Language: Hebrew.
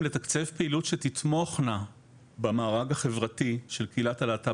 לתקצב פעילות שתתמוכנה במארג החברתי של קהילת הלהט"ב